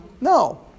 No